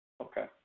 Okay